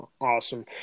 Awesome